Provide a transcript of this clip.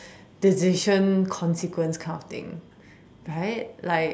decision consequence kind of thing right like